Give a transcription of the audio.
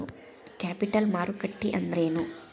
Capital ಮಾರುಕಟ್ಟಿ ಅಂದ್ರೇನ?